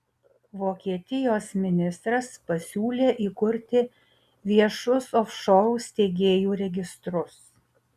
vokietijos ministras pasiūlė įkurti viešus ofšorų steigėjų registrus